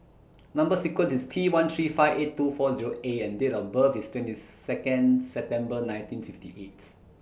Number sequence IS T one three five eight two four Zero A and Date of birth IS twenty Second September nineteen fifty eighth